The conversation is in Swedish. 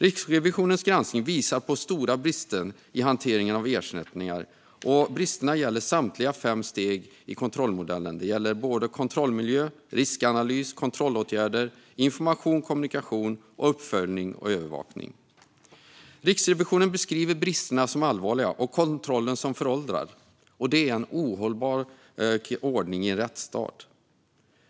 Riksrevisionens granskning visar på stora brister i hanteringen av ersättningar. Bristerna gäller samtliga fem steg i kontrollmodellen: kontrollmiljö, riskanalys, kontrollåtgärder, information övervakning. Riksrevisionen beskriver bristerna som allvarliga och kontrollen som föråldrad. Detta är en ohållbar ordning i en rättsstat.